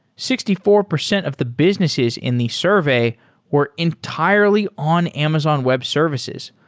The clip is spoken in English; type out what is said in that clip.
sixty four percent of the businesses in the survey were entirely on amazon web services,